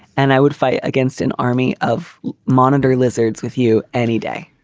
and i would fight against an army of moniter lizards with you any day.